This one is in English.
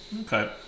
Okay